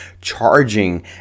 charging